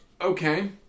Okay